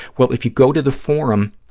well, if you go to the forum,